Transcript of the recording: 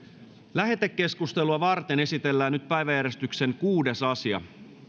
lähetekeskustelua varten esitellään päiväjärjestyksen kuudes asia